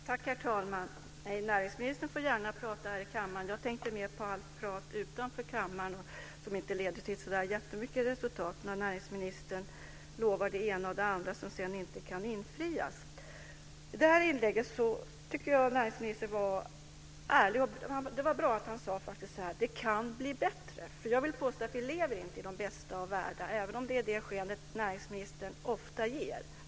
Herr talman! Näringsministern får gärna prata här i kammaren. Det jag tänkte på var mer allt prat utanför kammaren, som inte leder till så jättemycket resultat, när näringsministern lovar det ena och det andra som sedan inte kan infrias. I det här inlägget tycker jag att näringsministern var ärlig och bra. Det var bra att han sade att det kan bli bättre, för jag vill påstå att vi inte lever i de bästa av världar, även om det är det som näringsministern ofta ger sken av.